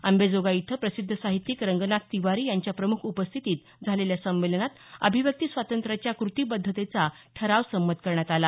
अंबाजोगाई इथं प्रसिद्ध साहित्यिक रंगनाथ तिवारी यांच्या प्रमुख उपस्थितीत झालेल्या संमेलनात अभिव्यक्ती स्वातंत्र्याच्या कृतीबद्धतेचा ठराव संमत करण्यात आला